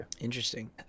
Interesting